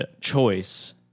choice